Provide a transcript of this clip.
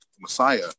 messiah